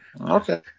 Okay